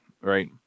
right